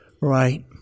Right